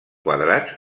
quadrats